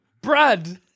Brad